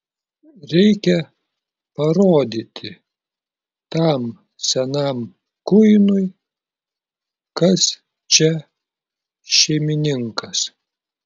reikia parodyti tam senam kuinui kas čia šeimininkas